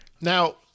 now